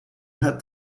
had